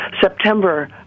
September